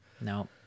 No